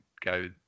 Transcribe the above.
go